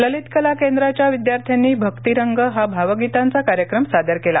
ललित कला केंद्राच्या विद्यार्थ्यांनी भक्तीरंग हा भावगीतांचा कार्यक्रम सादर केला